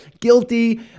guilty